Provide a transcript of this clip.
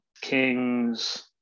kings